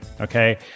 Okay